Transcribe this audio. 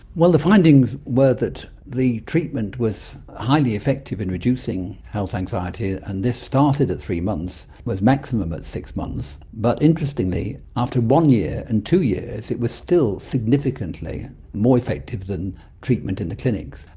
well, the findings were that the treatment was highly effective in reducing health anxiety, and this started at three months, was maximum at six months, but interestingly after one year and two years it was still significantly more effective than treatment in the clinics.